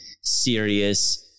serious